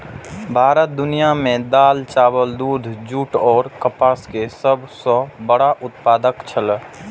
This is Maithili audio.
भारत दुनिया में दाल, चावल, दूध, जूट और कपास के सब सॉ बड़ा उत्पादक छला